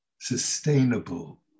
sustainable